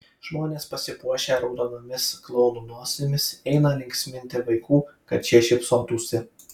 žmonės pasipuošę raudonomis klounų nosimis eina linksminti vaikų kad šie šypsotųsi